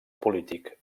polític